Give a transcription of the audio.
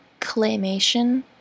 claymation